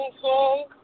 song